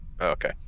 Okay